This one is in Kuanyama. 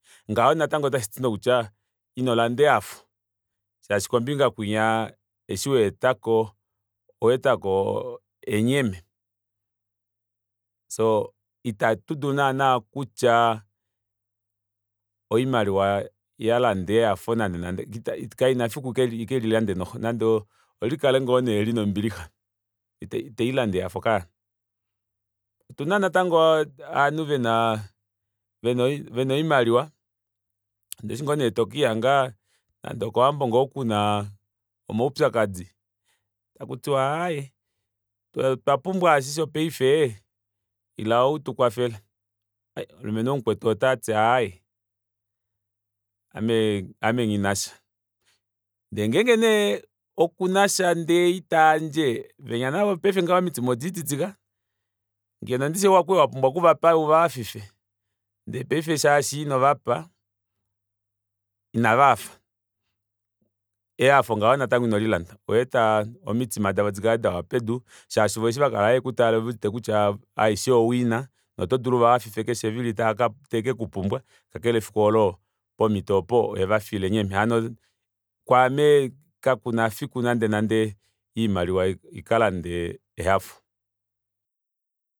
Ngaho natango otashiti nokutya ino landa ehafo shaashi kombinga kwinya eshi waetako owaetako enyeme soo ita tudulu naana kutya oimaliwa yalanda ehafo nande nande kaina efiku ike lilande noxo nande olikale ngoo nee lina ombilixa ita ilande ehafo kaya otuna nantango ovanhu vena oimaliwa ndee eshi ngoo nee tokelihanga nande okowambo kuna omaupyakadi otakutiwa aaye otwapumbwa eshi paife ila utukwafele omulumenhu womukwetu otati aaye ame nghinasha ndeengenge nee okunasha ndee itayandje venya navo omitima odelititika ngeno ndishi okwali wapumbwa okuvapa uvahafife ndee paife shaashi inovapa inavahafa ehafo ngaho natango inolilanda owa eta omitima davo dikale dawa pedu shaashi voo eshi vakala havekutale ovewete kutya aishe owiina notodulu uvahafife eshe efimbo tave kekupumbwa kakele efiku oolo pomito opo owevafiila enyeme hano kwaame kakuna efiku nande nande oimaliwa ikalande ehafo